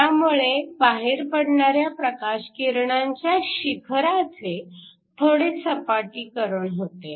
त्यामुळे बाहेर पडणाऱ्या प्रकाशकिरणांच्या शिखराचे थोडे सपाटीकरण होते